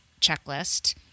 checklist